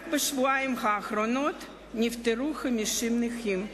רק בשבועיים האחרונים נפטרו 50 נכים.